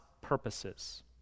purposes